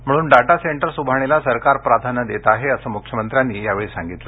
म्हणून data centres उभारणीला सरकार प्राधान्य देत आहे अस मुख्यमंत्री यावेळी म्हणाले